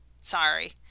Sorry